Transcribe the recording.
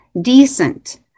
decent